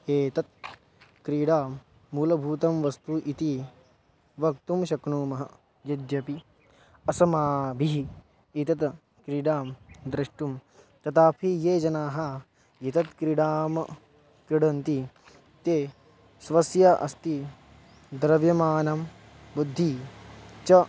एतत् क्रीडां मूलभूतं वस्तु इति वक्तुं शक्नुमः यद्यपि अस्माभिः एतत् क्रीडां द्रष्टुं तदापि ये जनाः एतत् क्रीडां क्रीडन्ति ते स्वस्य अस्ति द्रव्यमानं बुद्धिः च